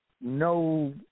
no